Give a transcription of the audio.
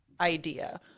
idea